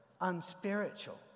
unspiritual